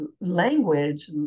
language